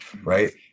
right